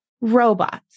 robots